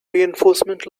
reinforcement